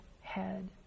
head